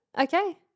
okay